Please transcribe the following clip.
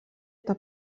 eta